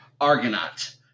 argonaut